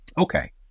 okay